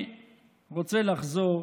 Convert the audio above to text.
החיים והבריאות של אזרחי ישראל.